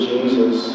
Jesus